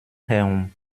herum